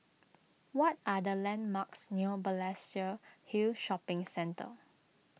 what are the landmarks near Balestier Hill Shopping Centre